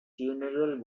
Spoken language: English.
funeral